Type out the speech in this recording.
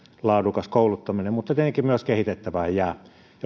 laadukas kouluttaminen mutta tietenkin myös kehitettävää jää